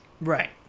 Right